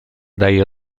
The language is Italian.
dai